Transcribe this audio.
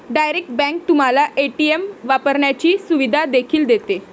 direct bank तुम्हाला ATM वापरण्याची सुविधा देखील देते